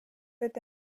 эта